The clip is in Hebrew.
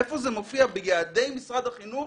איפה זה מופיע ביעדי משרד החינוך